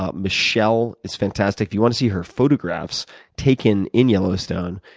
ah michelle is fantastic. if you want to see her photographs taken in yellowstone,